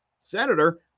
senator